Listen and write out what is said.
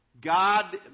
God